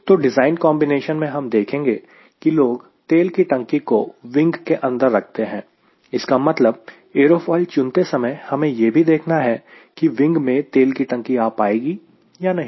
तो design combination में हम देखेंगे कि लोग तेल की टंकी को विंग के अंदर रखते हैं इसका मतलब एरोफोइल चुनते समय हमें यह भी देखना होगा की विंग में तेल की टंकी आ पाएगी या नहीं